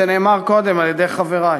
זה נאמר קודם על-ידי חברי,